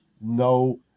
no